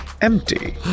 empty